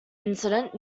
incident